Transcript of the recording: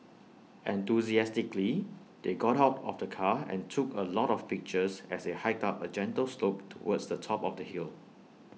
enthusiastically they got out of the car and took A lot of pictures as they hiked up A gentle slope towards the top of the hill